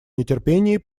нетерпении